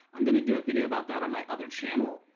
i'm gonna do a video about that on my other channel,